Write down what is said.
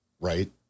Right